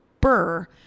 Burr